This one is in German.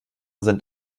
sind